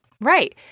right